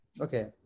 Okay